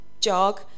jog